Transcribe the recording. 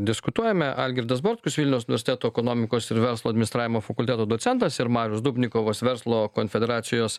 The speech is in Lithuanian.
diskutuojame algirdas bartkus vilnius nustato ekonomikos ir verslo administravimo fakulteto docentas ir marius dubnikovas verslo konfederacijos